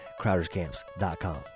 Crowder'sCamps.com